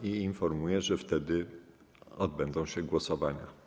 Informuję, że wtedy odbędą się głosowania.